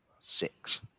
Six